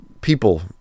people